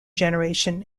generation